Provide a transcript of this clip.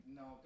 no